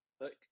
Look